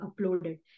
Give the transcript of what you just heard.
uploaded